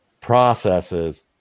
processes